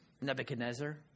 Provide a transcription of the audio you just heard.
Nebuchadnezzar